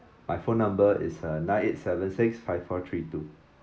my phone number is uh nine eight seven six five four three two